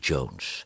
Jones